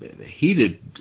heated